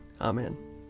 Amen